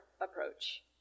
approach